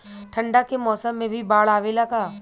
ठंडा के मौसम में भी बाढ़ आवेला का?